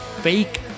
fake